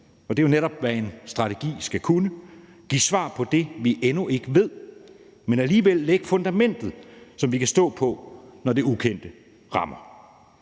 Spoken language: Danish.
Og det er jo netop, hvad en strategi skal kunne: give svar på det, vi endnu ikke ved, men alligevel lægge fundamentet, som vi kan stå på, når det ukendte rammer.